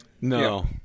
No